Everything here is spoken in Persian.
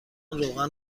روغن